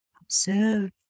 Observe